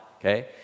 Okay